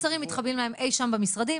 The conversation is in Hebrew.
השרים מתחבאים להם אי-שם במשרדים,